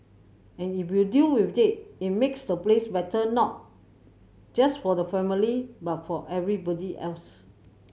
and if you deal with it it makes the place better not just for the family but for everybody else